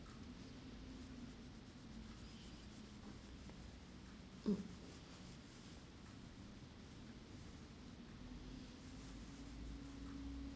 mm